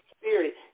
spirit